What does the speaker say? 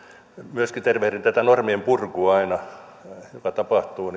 myöskin tervehdin ilolla aina tätä normien purkua jota tässä nyt tapahtuu